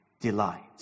delight